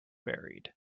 buried